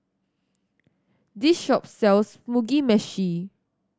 this shop sells Mugi Meshi